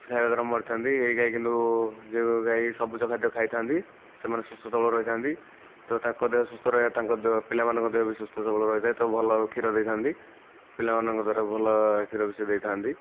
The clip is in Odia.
ସେ ଖାଇବା ଦ୍ୱାରା ମରିଥାନ୍ତି ଏହି ଗାଈ କିନ୍ତୁ ଯେଉଁ ଗାଈ ସବୁଜ ଖାଦ୍ୟ ଖାଇଥାନ୍ତି ସେମାନେ ସୁସ୍ଥ ସବଳ ରହିଥାନ୍ତି ତ ତାଙ୍କ ଦେହ ସୁସ୍ଥ ରହିବା ତାଙ୍କ ଦେହ ପିଲାମାନଙ୍କ ଦେହ ବି ସୁସ୍ଥ ସବଳ ରହିଥାଏ ତ ଭଲ କ୍ଷୀର ଦେଇଥାନ୍ତି ପିଲାମାନଙ୍କ ଦ୍ୱାରା ଭଲ କ୍ଷୀର ବି ସେ ଦେଇଥାନ୍ତି